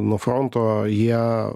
nuo fronto jie